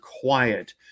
quiet